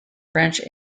french